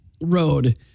road